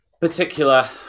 particular